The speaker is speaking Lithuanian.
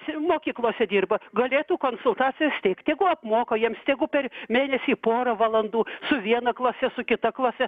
mokyklose dirba galėtų konsultacijas teikt tegu apmoka jiems tegu per mėnesį porą valandų su viena klase su kita klase